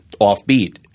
offbeat